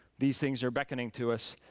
these things are beckoning to us.